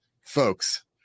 folks